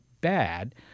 bad